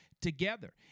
together